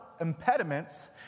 impediments